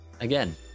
again